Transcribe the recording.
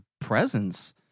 presence